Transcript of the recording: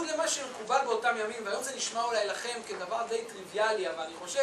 למה שהיה מקובל באותם ימים, והיום זה נשמע אולי לכם כדבר די טריוויאלי, אבל אני חושב